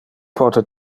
pote